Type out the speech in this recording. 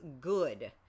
good